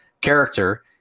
character